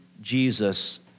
Jesus